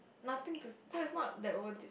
nothing to see~ so it's not that worth it